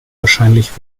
wahrscheinlich